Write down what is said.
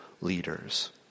leaders